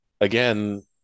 again